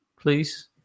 please